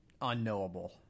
unknowable